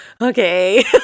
okay